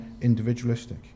individualistic